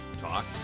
talk